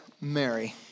Mary